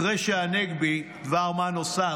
אחרי שהנגבי, דבר מה נוסף,